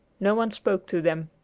no one spoke to them.